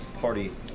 Party